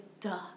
Duh